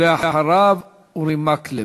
ואחריו, אורי מקלב.